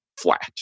flat